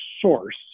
source